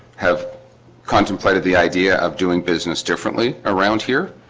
have contemplated the idea of doing business differently around here